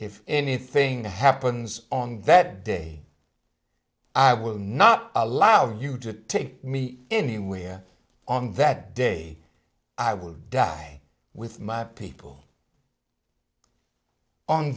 if anything happens on that day i will not allow you to take me anywhere on that day i will die with my people on